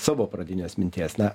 savo pradinės minties na